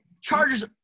Chargers